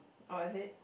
or is it